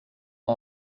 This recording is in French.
m’a